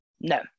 No